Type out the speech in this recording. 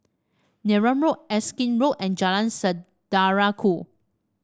Neram Road Erskine Road and Jalan Saudara Ku